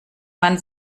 man